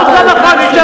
פשוט לא נכון.